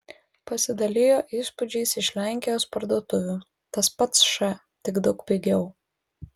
pasidalijo įspūdžiais iš lenkijos parduotuvių tas pats š tik daug pigiau